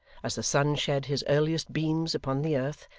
as the sun shed his earliest beams upon the earth,